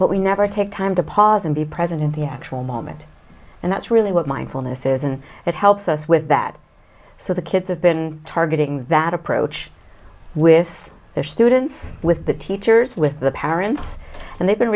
but we never take time to pause and be present in the actual moment and that's really what mindfulness is and it helps us with that so the kids have been targeting that approach with their students with the teachers with the parents and they've been